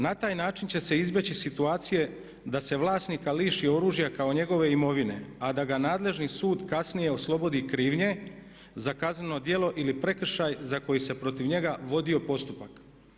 Na taj način će se izbjeći situacije da se vlasnika liši oružja kao njegove imovine, a da ga nadležni sud kasnije oslobodi krivnje za kazneno djelo ili prekršaj za koji se protiv njega vodio postupak.